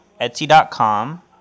Etsy.com